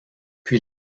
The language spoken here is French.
puis